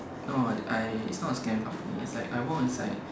no I it's not a scamming company it's like I walk inside